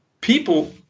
people –